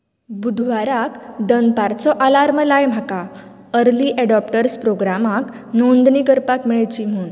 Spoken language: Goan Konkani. बुधवाराक दनपारचो आलार्म लाय म्हाका अर्ली अडॉप्टर्स प्रोग्रामाक नोंदणी करपाक मेळची म्हूण